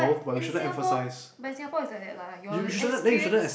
but in Singapore but in Singapore is like that lah your experience